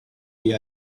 the